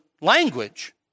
language